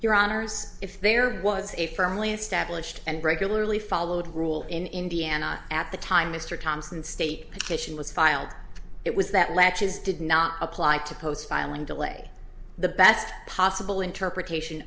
your honors if there was a firmly established and regularly followed rule in indiana at the time mr thomson state station was filed it was that latches did not apply to post filing delay the best possible interpretation